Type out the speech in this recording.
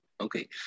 Okay